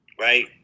right